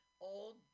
old